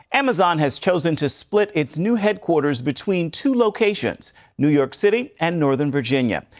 amazon has chosen to split its new headquarters between two locations new york city and northern virginia.